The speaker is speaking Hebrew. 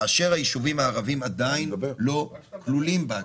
כאשר היישובים הערביים עדיין לא כלולים בה.